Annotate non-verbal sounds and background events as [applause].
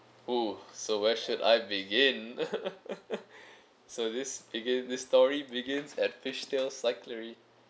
oh so where should I begin [laughs] so this begin this story begins at fishtail cycling